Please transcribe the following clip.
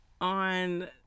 on